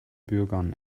bürgern